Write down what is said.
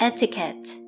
Etiquette